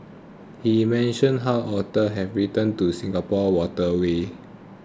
he mentions how otters have returned to Singapore's waterways